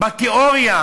בתיאוריה